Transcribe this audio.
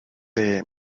they